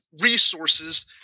resources